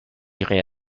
irez